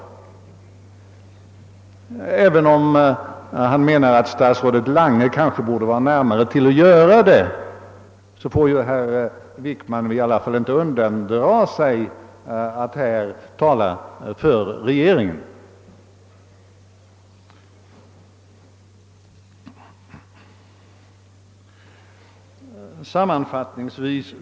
Och herr Wickman får inte undandra sig att här uppträda på regeringens vägnar även om han kanske anser att statsrådet Lange borde ligga närmare till hands att göra det.